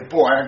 Boy